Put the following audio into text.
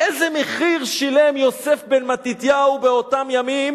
איזה מחיר שילם יוסף בן מתתיהו באותם ימים